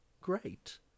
great